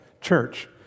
church